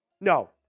No